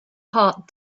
heart